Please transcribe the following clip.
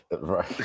Right